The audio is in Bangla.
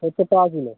সত্তর টাকা কিলো